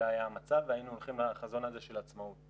היה המצב והיינו הולכים לחזון הזה של עצמאות,